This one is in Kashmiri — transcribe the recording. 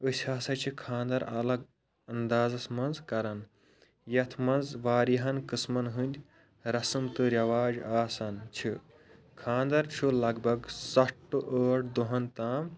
أسۍ ہَسا چھِ خانٛدر الگ اندازَس مَنٛز کران یتھ مَنٛز واریاہَن قٕسمَن ہٕنٛدۍ رسٕم تہٕ ریٚواج آسان چھِ خانٛدر چھُ لگ بھگ ستھ ٹُو ٲٹھ دۄہَن تام